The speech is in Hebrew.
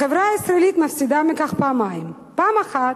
החברה הישראלית מפסידה מכך פעמיים: פעם אחת,